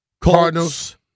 Cardinals